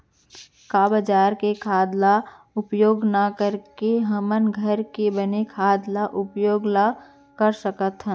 का बजार के खाद ला उपयोग न करके हमन ल घर के बने खाद के उपयोग ल कर सकथन?